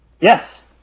Yes